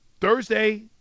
Thursday